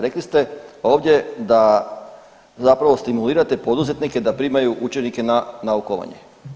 Rekli ste ovdje da zapravo stimulirate poduzetnike da primaju učenike na naukovanje.